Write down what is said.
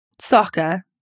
soccer